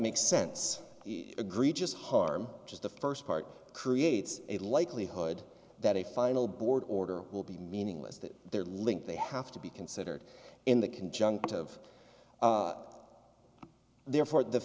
makes sense agree just harm just the first part creates a likelihood that a final board order will be meaningless that they're linked they have to be considered in the conjunct of therefore the